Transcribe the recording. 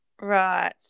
Right